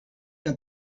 que